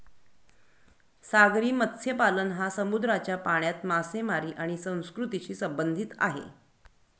सागरी मत्स्यपालन हा समुद्राच्या पाण्यात मासेमारी आणि संस्कृतीशी संबंधित आहे